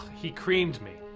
he creamed me.